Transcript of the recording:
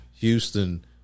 Houston